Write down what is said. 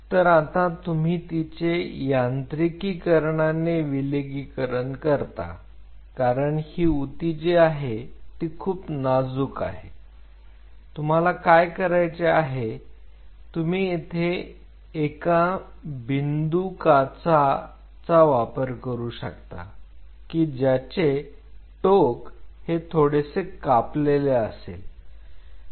तर आता तुम्ही तिचे यांत्रिकीकरणाने विलगीकरण करता कारण ही ऊति जी आहे ती खूप नाजूक आहे तुम्हाला काय करायचे आहे तुम्ही येथे एका बिंदू काचा वापर करू शकता की ज्याचे टोक हे थोडेसे कापलेले असेल